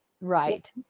Right